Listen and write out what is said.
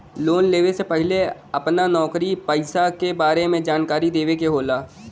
Loan लेवे से पहिले अपना नौकरी पेसा के बारे मे जानकारी देवे के होला?